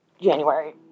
January